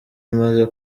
imaze